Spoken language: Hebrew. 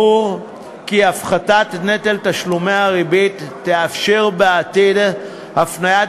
ברור כי הפחתת נטל תשלומי הריבית תאפשר בעתיד הפניית